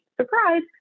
Surprise